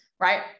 Right